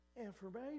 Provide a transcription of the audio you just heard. information